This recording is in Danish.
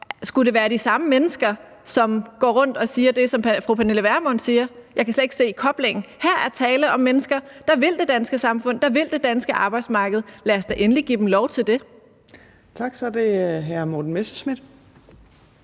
Skulle det være de samme mennesker, som går rundt og siger det, som fru Pernille Vermund siger? Jeg kan slet ikke se koblingen. Her er tale om mennesker, der vil det danske samfund, der vil det danske arbejdsmarked. Lad os da endelig give dem lov til det. Kl. 14:53 Fjerde næstformand